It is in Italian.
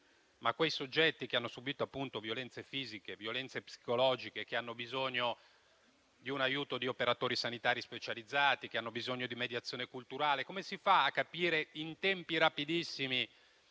però, soggetti che hanno subito violenze fisiche o psicologiche che hanno bisogno di un aiuto di operatori sanitari specializzati, di mediazione culturale: come si fa a capire in tempi rapidissimi